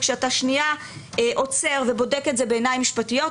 כשאתה שנייה עוצר ובודק את זה בעיניים משפטיות,